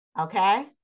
Okay